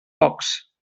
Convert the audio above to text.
focs